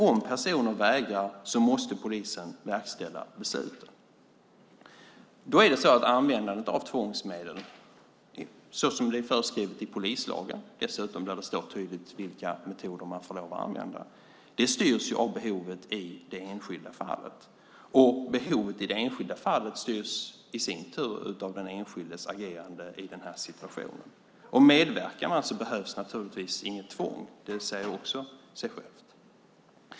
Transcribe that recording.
Om personen vägrar måste polisen verkställa beslutet. Användandet av tvångsmedel - såsom det är föreskrivet i polislagen, där det dessutom står tydligt vilka metoder man får lov att använda - styrs av behovet i det enskilda fallet. Behovet i det enskilda fallet styrs i sin tur av den enskildes agerande i situationen. Medverkar man behövs naturligtvis inget tvång. Det säger också sig självt.